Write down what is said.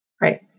Right